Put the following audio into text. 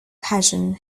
passion